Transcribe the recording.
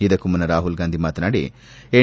ಇದಕ್ಕೂ ಮುನ್ನ ರಾಹುಲ್ ಗಾಂಧಿ ಮಾತನಾಡಿ ಎನ್